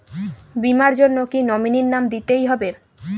বীমার জন্য কি নমিনীর নাম দিতেই হবে?